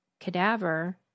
cadaver